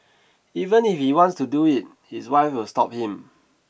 even if he wants to do it his wife will stop him